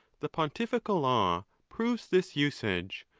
the pontifical law proves this usage,